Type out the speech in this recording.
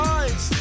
eyes